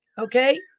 okay